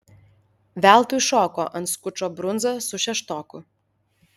veltui šoko ant skučo brundza su šeštoku